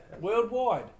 Worldwide